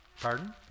Pardon